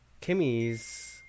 Kimmy's